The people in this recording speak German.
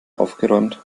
aufgeräumt